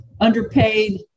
underpaid